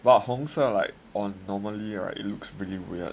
but 红色 like on normally it looks really weird